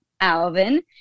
Alvin